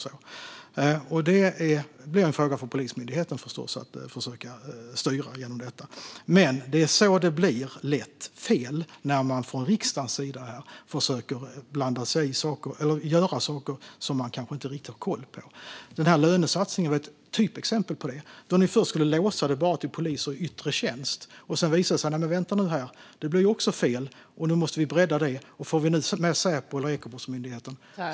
Det blir förstås en fråga för Polismyndigheten att försöka styra detta, men det blir lätt fel när man från riksdagen gör saker som man kanske inte riktigt har koll på. Lönesatsningen är ett typexempel på detta. Först skulle ni låsa det endast för poliser i yttre tjänst, och sedan visade det sig att det blev fel och att det måste breddas för att få med Säpo och Ekobrottsmyndigheten.